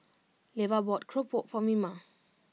Levar bought keropok for Mima